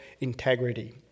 integrity